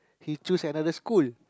he choose another school